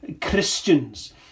Christians